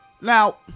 now